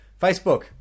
Facebook